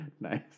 Nice